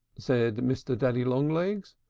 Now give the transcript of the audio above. said mr. daddy long-legs,